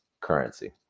currency